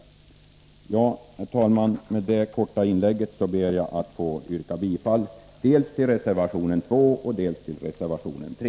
Herr talman! Med detta korta inlägg ber jag att få yrka bifall till dels reservation 2, dels reservation 3.